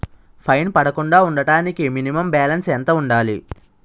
Fine పడకుండా ఉండటానికి minimum balance ఎంత ఉండాలి?